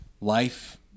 life